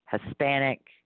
Hispanic